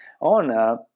on